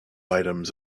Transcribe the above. items